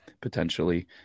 potentially